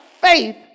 faith